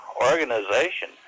organization